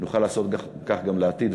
נוכל לעשות כך גם לעתיד,